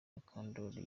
mukandoli